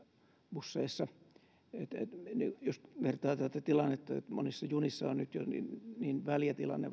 erityisesti bussien sillä jos vertaa tätä tilannetta niin monissa junissa varsinkin kaukojunissa on nyt jo niin niin väljä tilanne